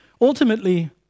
Ultimately